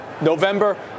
November